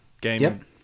Game